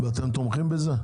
ואתם תומכים בזה?